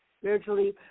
spiritually